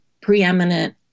preeminent